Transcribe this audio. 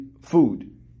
food